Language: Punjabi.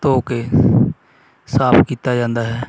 ਧੋ ਕੇ ਸਾਫ਼ ਕੀਤਾ ਜਾਂਦਾ ਹੈ